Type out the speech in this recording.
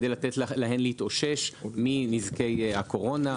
כדי לתת להן להתאושש מנזקי הקורונה.